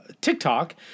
TikTok